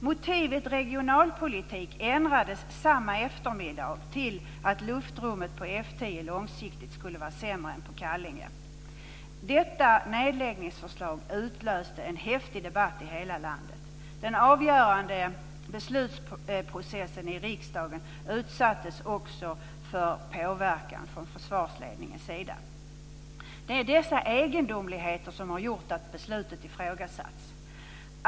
Motivet "regionalpolitik" ändrades samma eftermiddag till att luftrummet på F 10 långsiktigt skulle vara sämre än på Kallinge. Detta nedläggningsförslag utlöste en häftig debatt i hela landet. Den avgörande beslutprocessen i riksdagen utsattes också för påverkan från försvarsledningens sida. Det är dessa egendomligheter som har gjort att beslutet ifrågasatts.